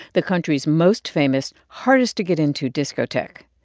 the country's most famous, hardest to get into discotheque.